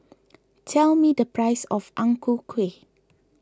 tell me the price of Ang Ku Kueh